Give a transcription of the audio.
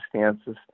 circumstances